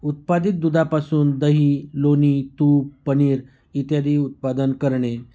उत्पादित दुधापासून दही लोणी तूप पनीर इत्यादी उत्पादन करणे